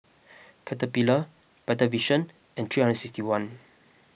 Caterpillar Better Vision and three hundred sixty one